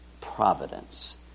providence